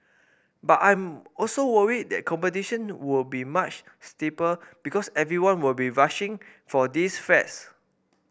but I'm also worried that competition will be much steeper because everyone will be rushing for these flats